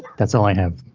that's all i have.